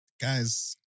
Guys